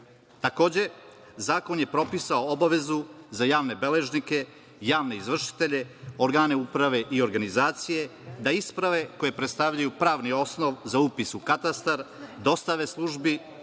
zakon je propisao obavezu za javne beležnike, javne izvršitelje, organe uprave i organizacije, da isprave koje predstavljaju pravni osnov za upis u katastar dostave službi